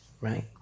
right